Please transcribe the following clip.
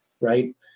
right